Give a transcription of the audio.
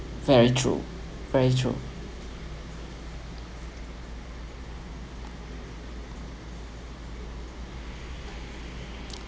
very true very true